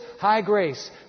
high-grace